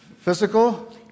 Physical